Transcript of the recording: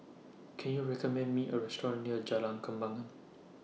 Can YOU recommend Me A Restaurant near Jalan Kembangan